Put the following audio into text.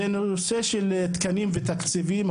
זה הנושא של התקנים והתקציבים.